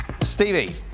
Stevie